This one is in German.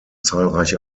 zahlreiche